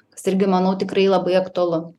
kas irgi manau tikrai labai aktualu